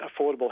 affordable